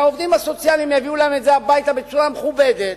שהעובדים הסוציאליים יביאו להם את זה הביתה בצורה מסודרת,